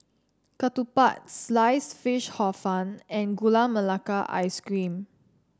ketupat Sliced Fish Hor Fun and Gula Melaka Ice Cream